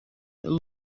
who